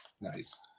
nice